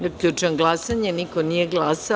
Zaključujem glasanje: niko nije glasao.